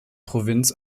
provinz